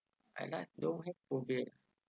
I like don't have phobia